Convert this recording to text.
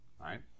right